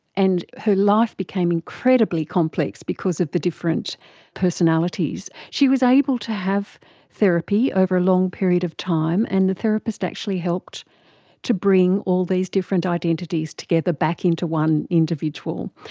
and her life became incredibly complex because of the different personalities. she was able to have therapy over a long period of time, and the therapist actually helped to bring all these different identities together back into one individual.